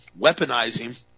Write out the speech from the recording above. weaponizing